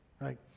Right